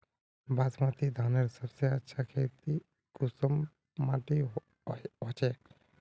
बासमती धानेर सबसे अच्छा खेती कुंसम माटी होचए?